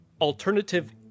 Alternative